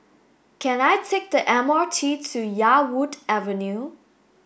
can I take the M R T to Yarwood Avenue